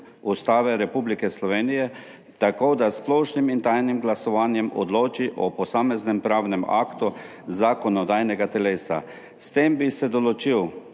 Ustave Republike Slovenije, tako da s splošnim in tajnim glasovanjem odloči o posameznem pravnem aktu zakonodajnega telesa. S tem bi se določil